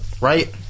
Right